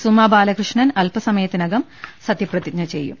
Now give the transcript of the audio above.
സുമാ ബാലകൃഷ്ണൻ അല്പസമയത്തികം സതൃ പ്രതിജ്ഞ ചെയ്യും